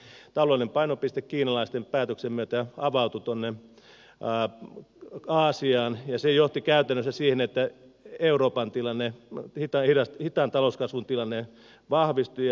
meillä on oikeasti tilanne se että taloudellinen painopiste kiinalaisten päätöksen myötä siirtyi tuonne aasiaan ja se johti käytännössä siihen että euroopan hitaan talouskasvun tilanne vahvistui